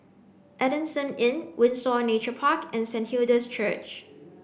Adamson Inn Windsor Nature Park and Saint Hilda's Church